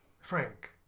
Frank